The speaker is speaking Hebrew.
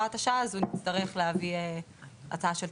הוראת השעה הזו נצטרך להביא הצעה לתקנות.